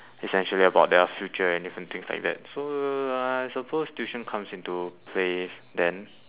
essentially about their future and different things like that so uh I suppose tuition comes into play then